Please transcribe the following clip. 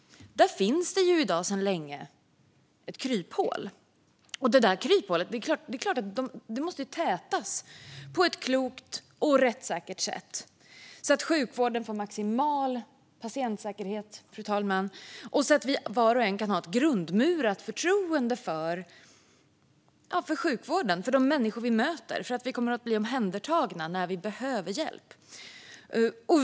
I dag finns sedan länge ett kryphål. Det kryphålet måste tätas på ett klokt och rättssäkert sätt så att sjukvården får maximal patientsäkerhet och så att vi var och en kan ha grundmurat förtroende för sjukvården, de människor vi möter och för att vi kommer att bli omhändertagna när vi behöver hjälp.